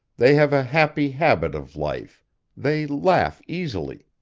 they have a happy habit of life they laugh easily.